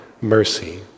mercy